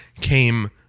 came